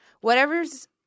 whatever's